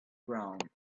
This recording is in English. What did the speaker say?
ground